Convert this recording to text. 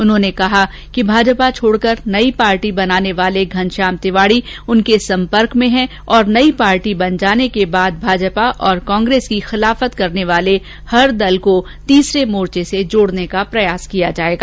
उन्होंने कहाकि भाजपा छोड़कर नई पार्टी बनाने वाले घनश्याम तिवाड़ी उनके सम्पर्क में हैं और नई पार्टी बन जाने के बाद भाजपा और कांग्रेस की खिलाफत करने वाले हर दल को तीसरे मोर्चे से जोड़ने का प्रयास रहेगा